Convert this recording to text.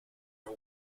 her